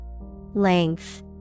Length